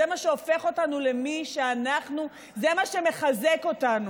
זה מה שהופך אותנו למי שאנחנו, זה מה שמחזק אותנו.